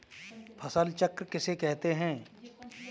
फसल चक्र किसे कहते हैं?